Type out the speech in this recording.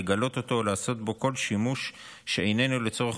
לגלות אותו או לעשות בו כל שימוש שאיננו לצורך